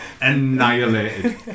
annihilated